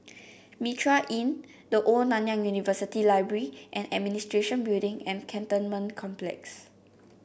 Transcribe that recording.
Mitraa Inn The Old Nanyang University Library and Administration Building and Cantonment Complex